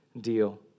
deal